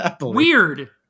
Weird